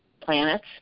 planets